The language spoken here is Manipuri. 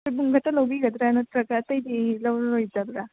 ꯁꯣꯏꯕꯨꯝ ꯈꯛꯇ ꯂꯧꯕꯤꯒꯗ꯭ꯔꯥ ꯅꯠꯇ꯭ꯔꯒ ꯑꯇꯩꯗꯤ ꯂꯧꯔꯔꯣꯏꯗꯕ꯭ꯔꯥ